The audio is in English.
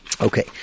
Okay